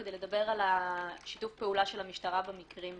כאן אולי השאלה למשרד המשפטים.